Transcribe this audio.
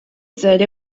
цель